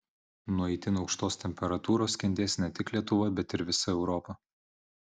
nuo itin aukštos temperatūros kentės ne tik lietuva bet ir visa europa